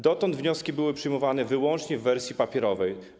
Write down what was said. Dotąd wnioski były przyjmowane wyłącznie w wersji papierowej.